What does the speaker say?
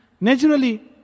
naturally